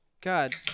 God